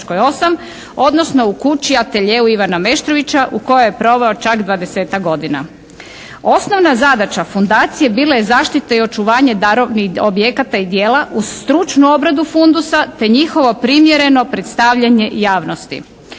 odnosno u kući, ateljeu Ivana Meštrovića u kojoj je proveo čak 20-tak godina. Osnovna zadaća fundacije bila je zaštita i očuvanje darovnih objekata i djela uz stručnu obradu fundusa te njihovo primjereno predstavljanje javnosti.